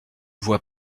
vois